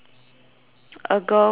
a girl wearing